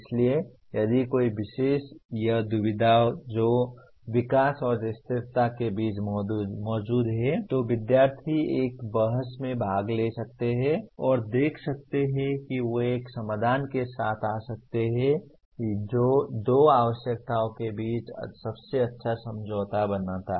इसलिए यदि कोई विशेष यह दुविधा जो विकास और स्थिरता के बीच मौजूद है तो विद्यार्थी एक बहस में भाग ले सकते हैं और देख सकते हैं कि वे एक समाधान के साथ आ सकते हैं जो दो आवश्यकताओं के बीच सबसे अच्छा समझौता बनाता है